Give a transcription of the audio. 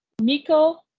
Miko